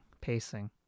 Pacing